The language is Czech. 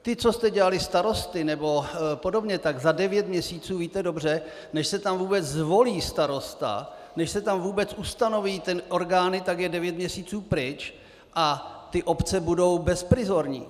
Ti, co jste dělali starosty nebo podobně, tak za devět měsíců, víte dobře, než se tam vůbec zvolí starosta, než se tam vůbec ustanoví orgány, tak je devět měsíců pryč a ty obce budou bezprizorní.